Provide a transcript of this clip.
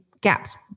gaps